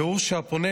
והוא שהפונה,